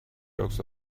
yolks